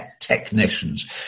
technicians